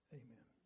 amen